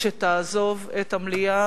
כשתעזוב את המליאה,